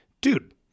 Dude